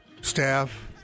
staff